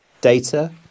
data